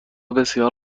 بسیار